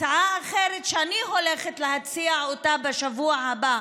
הצעה אחרת שאני הולכת להציע בשבוע הבא,